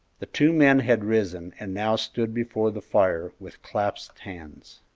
the two men had risen and now stood before the fire with clasped hands.